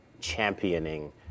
championing